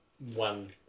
one